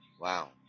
Wow